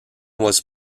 was